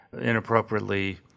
inappropriately